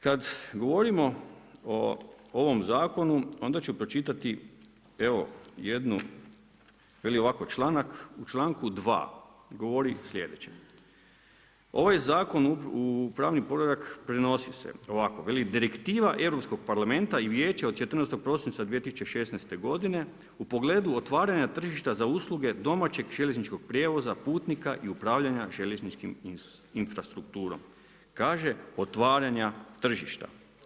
Kada govorimo o ovom zakonu, onda ću pročitati evo jednu, veli ovako u članku 2. govori sljedeće: „Ovaj zakon u pravni poredak prinosi se, Direktiva Europskog parlamenta i vijeća od 14. prosinca 2016. godine u pogledu otvaranja tržišta za usluga domaćeg željezničkog prijevoza, putnika i upravljanje željezničkom infrastrukturom.“ Kaže otvaranja tržišta.